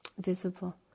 visible